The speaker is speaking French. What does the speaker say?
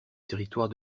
territoire